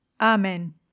Amen